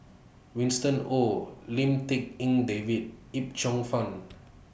Winston Oh Lim Tik En David Yip Cheong Fun